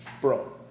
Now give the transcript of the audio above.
Bro